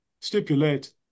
stipulate